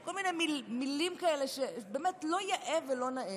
כל מיני מילים כאלה שבאמת לא יאה ולא נאה,